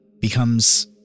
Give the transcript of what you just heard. becomes